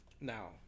Now